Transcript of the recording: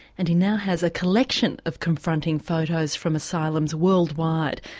and he now has a collection of confronting photos from asylums worldwide.